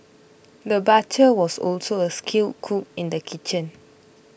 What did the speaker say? the butcher was also a skilled cook in the kitchen